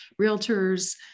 realtors